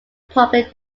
public